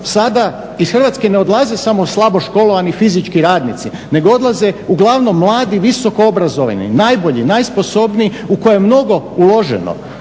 sada iz Hrvatske ne odlaze samo slabo školovani fizički radnici nego odlaze uglavnom mladi visoko obrazovani, najbolji, najsposobniji u koje je mnogo uloženo.